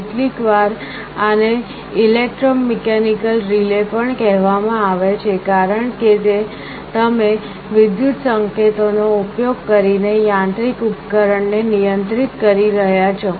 કેટલીકવાર આને electromechanical relay પણ કહેવામાં આવે છે કારણ કે તમે વિદ્યુત સંકેતોનો ઉપયોગ કરીને યાંત્રિક ઉપકરણ ને નિયંત્રિત કરી રહ્યા છો